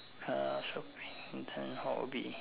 uh shopping as a hobby